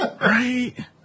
right